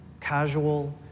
casual